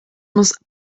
muss